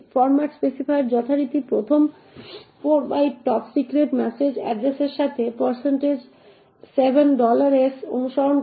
format specifier যথারীতি প্রথম 4 byte top secret message এড্ড্রেসের সাথে 7s অনুসরণ করে